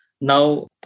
Now